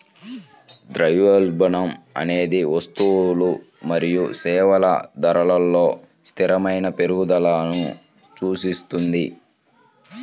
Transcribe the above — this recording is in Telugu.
ద్రవ్యోల్బణం అనేది వస్తువులు మరియు సేవల ధరలలో స్థిరమైన పెరుగుదలను సూచిస్తుంది